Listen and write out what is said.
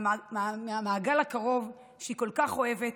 מהמעגל הקרוב שהיא כל כך אוהבת,